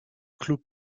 club